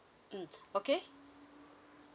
mm okay